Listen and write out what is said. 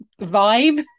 vibe